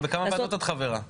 בכמה ועדות את חברה?